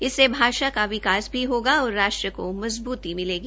इससे भाषा का विकास भी होगा और राष्ट्र को मजबूती मिलेगी